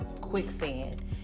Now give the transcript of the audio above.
quicksand